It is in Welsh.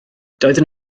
doeddwn